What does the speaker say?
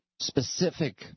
Specific